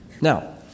Now